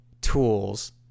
tools